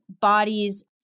bodies